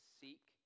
seek